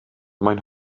maen